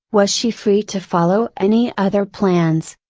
was she free to follow any other plans,